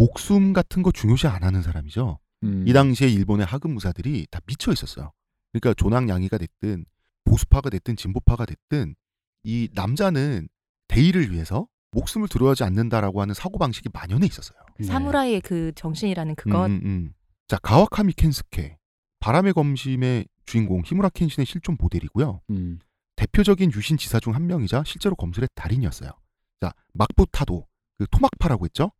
목숨 같은 거 중요시 안 하는 사람이죠. 이 음. 당시에 일본의 하급 무사들이 다 미쳐 있었어요. 그러니까 존왕양이가 됐든, 보수파가 됐든, 진보파가 됐든, 이 남자는 대의를 위해서 목숨을 두려워하지 않는다라고 하는 사고방식이 만연해 있었어요. 네. 사무라이의 그 정신이라는 그것? 음, 음, 음. 자, 가와카미 켄스케, 바람의 검심의 주인공 히무라 켄신의 실존 모델이고요. 음. 대표적인 유신 지사 중 한 명이자 실제로 검술의 달인이었어요. 자, 막부타도, 그 토막파라고 했죠?